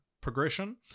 progression